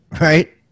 right